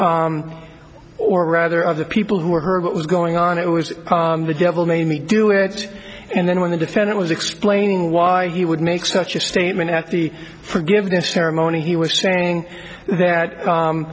case or rather of the people who are heard what was going on it was the devil made me do it and then when the defendant was explaining why he would make such a statement at the forgiveness ceremony he was saying that